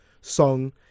song